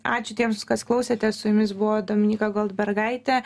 ačiū tiems kas klausėte su jumis buvo dominyka goldbergaitė